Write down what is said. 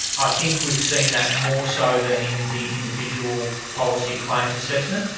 i think we've seen that more so than in the individual policy claims assessment.